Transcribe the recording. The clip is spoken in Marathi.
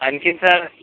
आणखीन सर